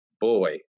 boy